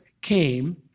came